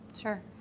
Sure